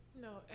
No